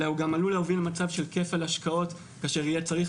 אלא הוא גם להוביל למצב של כפל השקעות כאשר יהיה צריך